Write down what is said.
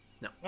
No